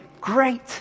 Great